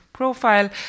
profile